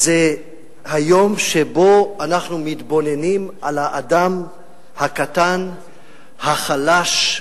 זה היום שבו אנחנו מתבוננים על האדם הקטן, החלש,